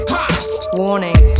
Warning